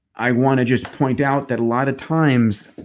i wanna just point out that a lot of times,